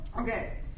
Okay